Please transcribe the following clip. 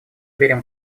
верим